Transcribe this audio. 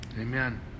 Amen